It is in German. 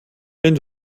wenn